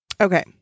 Okay